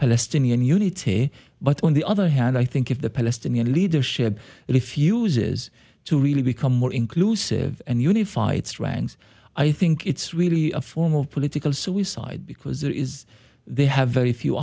palestinian unity but on the other hand i think if the palestinian leadership refuses to really become more inclusive and unified strang's i think it's really a form of political suicide because there is they have very few